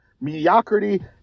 mediocrity